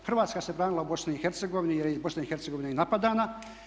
Hrvatska se branila u BiH jer je BiH i napadana.